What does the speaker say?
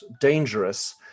dangerous